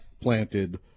planted